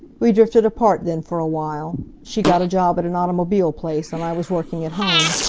we drifted apart then for a while. she got a job at an automobile place, and i was working at home.